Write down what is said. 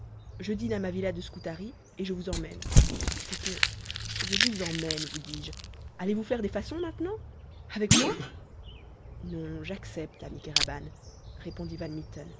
dine à ma villa de scutari et je vous emmène c'est que je vous emmène vous dis-je allez-vous faire des façons maintenant avec moi non j'accepte ami kéraban répondit